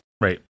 right